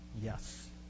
yes